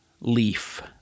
leaf